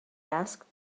asked